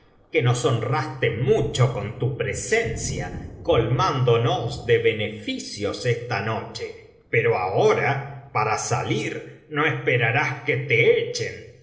que nos honraste mucho con tu presencia colmándonos de beneficios esta noche pero ahora para salir no esperarás que te echen